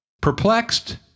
Perplexed